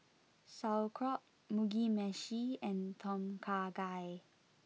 Sauerkraut Mugi Meshi and Tom Kha Gai